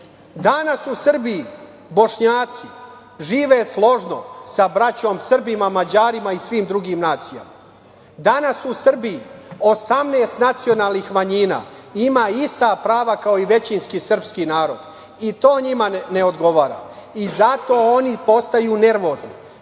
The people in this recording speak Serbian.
u Srbiji Bošnjaci žive složno sa braćom Srbima, Mađarima i svim drugim nacijama. Danas u Srbiji 18 nacionalnih manjina ima ista prava kao i većinski srpski narod i to njima ne odgovora i zato oni postaju nervozni. Prvo